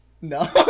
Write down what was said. No